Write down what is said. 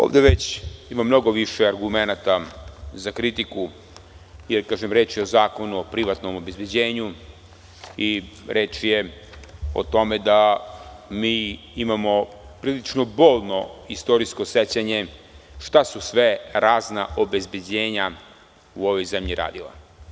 Ovde već ima mnogo više argumenata za kritiku, jer reč je o zakonu o privatnom obezbeđenju i reč je o tome da mi imamo prilično bolno istorijsko sećanje šta su sve razna obezbeđenja u ovoj zemlji radila.